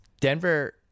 Denver